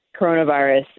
coronavirus